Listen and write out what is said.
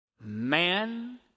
man